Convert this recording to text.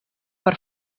per